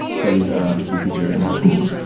sami's ah history teacher in high school.